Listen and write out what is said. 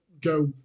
go